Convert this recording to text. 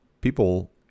people